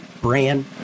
brand